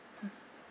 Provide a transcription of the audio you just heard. mm